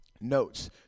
notes